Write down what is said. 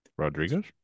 Rodriguez